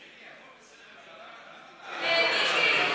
מיקי,